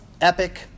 epic